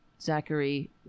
Zachary